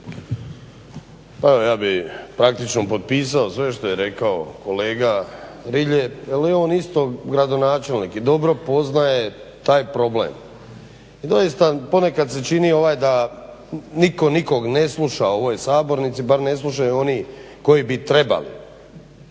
Evo ja bih praktično potpisao sve što je rekao kolega Rilje jel je on isto gradonačelnik i dobro poznaje taj problem. I doista ponekad se čini da nitko nikog ne sluša u ovoj sabornici, bar ne slušaju oni koji bi trebali.